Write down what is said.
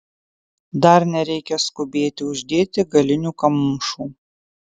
dar nereikia skubėti uždėti galinių kamšų